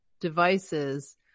devices